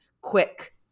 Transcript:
quick